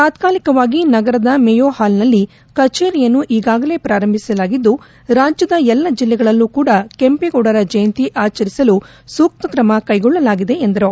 ತಾತ್ಕಾಲಿಕವಾಗಿ ನಗರದ ಮೇಯೋಹಾಲ್ನಲ್ಲಿ ಕಛೇರಿಯನ್ನು ಈಗಾಗಲೇ ಪಾರಂಭಿಸಲಾಗಿದ್ದು ರಾಜ್ಯದ ಎಲ್ಲಾ ಜಿಲ್ಲೆಗಳಲ್ಲೂ ಕೂಡ ಕೆಂಪೇಗೌಡರ ಜಯಂತಿ ಆಚರಣೆ ಮಾಡಲು ಸೂಕ್ತ ಕ್ರಮ ಕೈಗೊಳ್ಳಲಾಗಿದೆ ಎಂದರು